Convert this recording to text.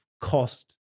cost